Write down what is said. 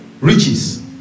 Riches